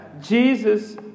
Jesus